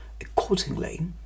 Accordingly